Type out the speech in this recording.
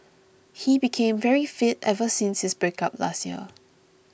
he became very fit ever since his breakup last year